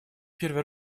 первый